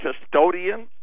custodians